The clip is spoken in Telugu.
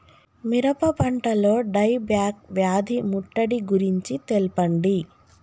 మిరప పంటలో డై బ్యాక్ వ్యాధి ముట్టడి గురించి తెల్పండి?